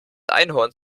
einhorn